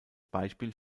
beispiel